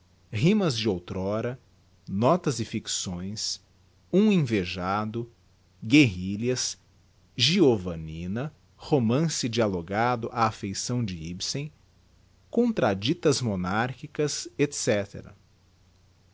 rimas de outrora notas e ficções um invejado guerrilhas giothinina romance dialogado á feição de ibsen contradictas monarchicas